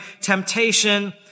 temptation